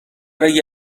اگه